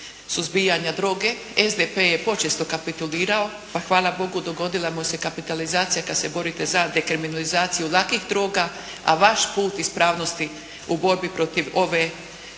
suzbijanja droge SDP je počesto kapitulirao pa hvala Bogu dogodila mu se kapitalizacija kada se borite za dekriminalizaciju lakih droga a vaš put ispravnosti u borbi protiv ove